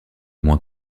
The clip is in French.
moins